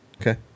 Okay